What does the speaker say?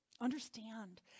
Understand